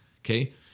Okay